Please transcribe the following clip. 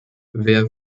wer